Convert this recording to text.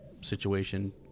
situation